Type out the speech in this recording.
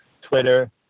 Twitter